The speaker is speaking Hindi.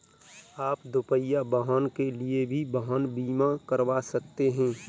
आप दुपहिया वाहन के लिए भी वाहन बीमा करवा सकते हैं